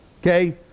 Okay